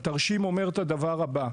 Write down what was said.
הנתון המובא בשקף הזה מלמד את הדבר הבא.